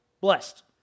Blessed